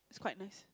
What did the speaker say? it's quite nice